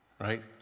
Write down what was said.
right